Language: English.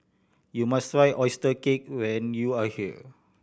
you must try oyster cake when you are here